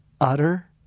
utter